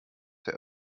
der